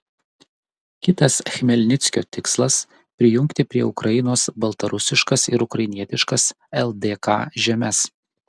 kitas chmelnickio tikslas prijungti prie ukrainos baltarusiškas ir ukrainietiškas ldk žemes